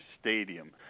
stadium